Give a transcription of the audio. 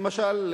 למשל,